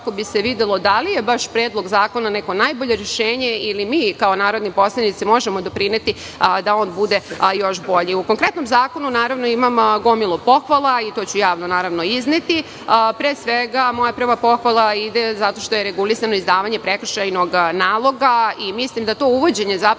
da li je baš Predlog zakona neko najbolje rešenje, ili mi kao narodni poslanici možemo doprineti da on bude još bolji.O konkretnom zakonu imam gomilu pohvala. To ću javno izneti. Moja prva pohvala ide, pre svega, zato što je regulisano izdavanje prekršajnog naloga. Mislim da to uvođenje